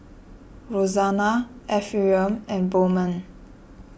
Roxana Ephriam and Bowman